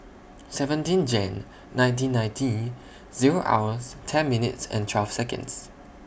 seventeen Jane nineteen ninety Zero hours ten minutes and twelve Seconds